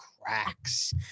cracks